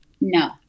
No